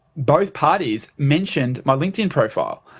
both parties mentioned my linkedin profile.